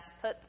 put